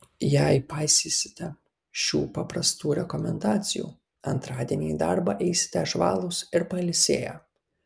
jei paisysite šių paprastų rekomendacijų antradienį į darbą eisite žvalūs ir pailsėję